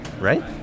right